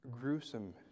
gruesome